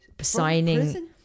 signing